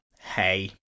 hey